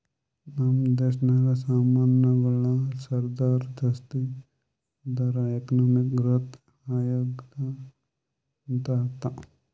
ನಮ್ ದೇಶನಾಗ್ ಸಾಮಾನ್ಗೊಳ್ ತರ್ಸದ್ ಜಾಸ್ತಿ ಆದೂರ್ ಎಕಾನಮಿಕ್ ಗ್ರೋಥ್ ಆಗ್ಯಾದ್ ಅಂತ್ ಅರ್ಥಾ